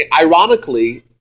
ironically